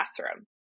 classroom